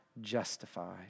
justified